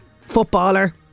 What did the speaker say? footballer